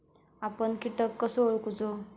आपन कीटक कसो ओळखूचो?